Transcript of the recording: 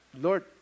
Lord